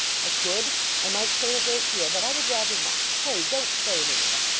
i could i might say a great deal. but i would rather not. pray don't say any more